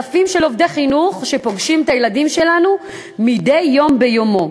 אלפים של עובדי חינוך שפוגשים את הילדים שלנו מדי יום ביומו.